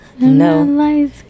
No